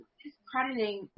discrediting